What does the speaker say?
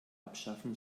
abschaffen